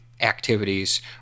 activities